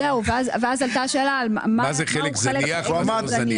ואז עלתה השאלה מהו חלק שאינו זניח.